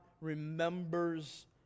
remembers